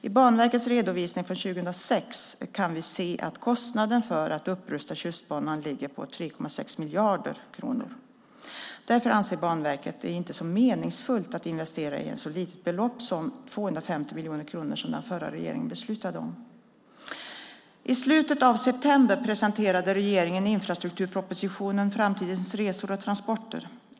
I Banverkets redovisning från juni 2006 kan vi se att kostnaden för att upprusta Tjustbanan ligger på 3,6 miljarder kronor. Därför anser Banverket det inte som meningsfullt att investera ett så litet belopp som 250 miljoner kronor som den förra regeringen beslutade om. I slutet av september presenterade regeringen infrastrukturpropositionen Framtidens resor och transporter .